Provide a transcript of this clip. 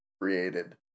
created